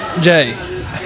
Jay